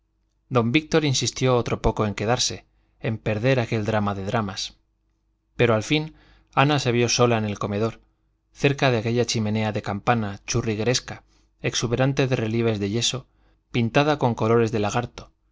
don víctor insistió otro poco en quedarse en perder aquel drama de dramas pero al fin ana se vio sola en el comedor cerca de aquella chimenea de campana churrigueresca exuberante de relieves de yeso pintada con colores de lagarto